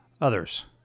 others